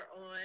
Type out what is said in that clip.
on